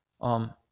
Um